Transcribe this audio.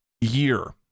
year